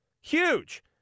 Huge